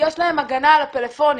יש להם הגנה על הפלאפונים.